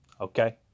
okay